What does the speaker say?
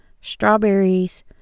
strawberries